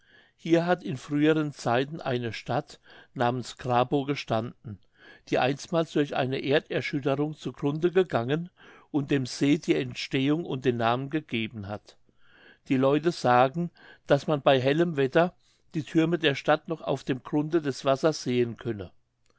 hier hat in früheren zeiten eine stadt namens grabow gestanden die einstmals durch eine erderschütterung zu grunde gegangen und dem see die entstehung und den namen gegeben hat die leute sagen daß man bei hellem wetter die thürme der stadt noch auf dem grunde des wassers sehen könne